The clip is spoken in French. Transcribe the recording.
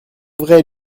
vrai